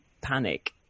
panic